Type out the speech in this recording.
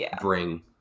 bring